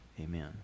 Amen